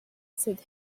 said